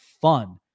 fun